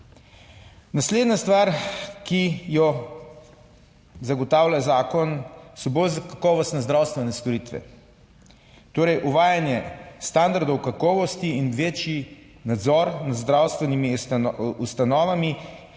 Naslednja stvar, ki jo zagotavlja zakon, so bolj za kakovostne zdravstvene storitve. Torej uvajanje standardov kakovosti in večji nadzor nad zdravstvenimi ustanovami,